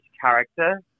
character